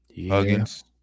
Huggins